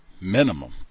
minimum